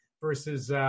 versus